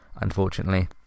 unfortunately